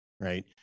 right